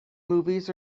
movies